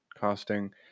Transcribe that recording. casting